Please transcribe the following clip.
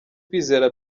kwizera